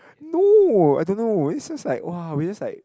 no I don't know is just like [wah] we just like